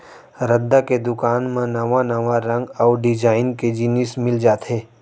रद्दा के दुकान म नवा नवा रंग अउ डिजाइन के जिनिस मिल जाथे